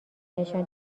نشان